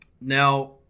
Now